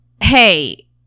hey